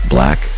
Black